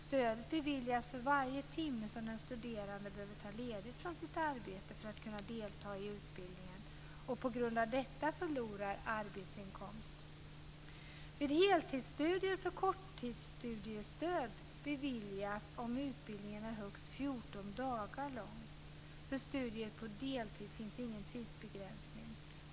Stödet beviljas för varje timme som den studerande behöver ta ledigt från sitt arbete för att kunna delta i utbildningen och på grund av detta förlorar arbetsinkomst. Vid heltidsstudier får korttidsstudiestöd beviljas, om utbildningen är högst 14 dagar lång. För studier på deltid finns ingen tidsbegränsning.